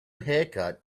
haircut